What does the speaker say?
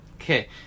Okay